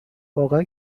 واقعا